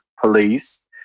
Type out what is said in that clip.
police